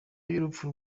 y’urupfu